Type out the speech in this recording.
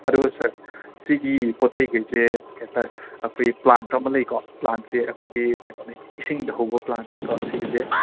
ꯑꯗꯨꯒ ꯁꯔ ꯁꯤꯒꯤ ꯄꯣꯠꯆꯩꯈꯩꯁꯦ ꯀꯩ ꯍꯥꯏꯇꯥꯔꯦ ꯑꯩꯈꯣꯏꯒꯤ ꯄ꯭ꯂꯥꯟꯠ ꯑꯃ ꯂꯩꯀꯣ ꯄ꯭ꯂꯥꯟꯠꯁꯦ ꯑꯩꯈꯣꯏꯒꯤ ꯀꯩꯅꯣꯅꯦ ꯏꯁꯤꯡꯗ ꯍꯧꯕ ꯄ꯭ꯂꯥꯟꯠꯅꯦꯀꯣ ꯁꯤꯒꯤꯁꯦ